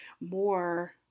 more